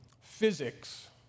Physics